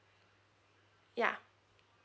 ya